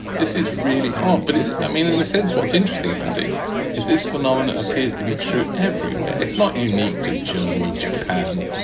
this is really hard, but it i mean, in a sense, what's interesting about it is this phenomena appears to be true everywhere. it's not unique to germany, japan,